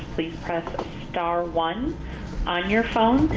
please press star one on your phone.